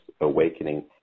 awakening